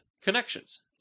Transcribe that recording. Connections